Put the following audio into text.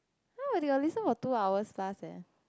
no eh they will listen for two hours plus eh